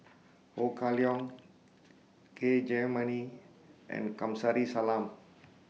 Ho Kah Leong K Jayamani and Kamsari Salam